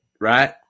right